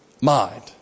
mind